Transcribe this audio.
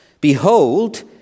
Behold